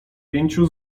pięciu